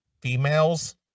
females